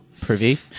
privy